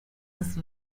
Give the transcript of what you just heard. his